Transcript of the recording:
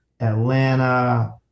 Atlanta